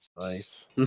Nice